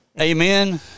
Amen